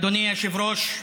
אדוני היושב-ראש,